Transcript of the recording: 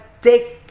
take